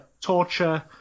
torture